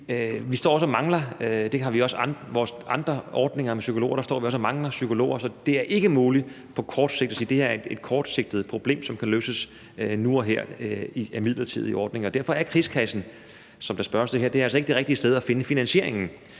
vi står og mangler psykologer, og det gør vi også i vores andre ordninger med psykologer. Så det er ikke muligt at sige, at det her er et kortsigtet problem, som kan løses nu og her med midlertidige ordninger. Derfor er krigskassen, som der spørges til her, altså ikke det rigtige sted at finde finansieringen